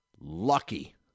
lucky